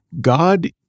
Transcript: God